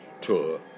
tour